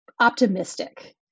optimistic